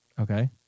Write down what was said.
Okay